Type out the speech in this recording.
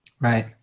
Right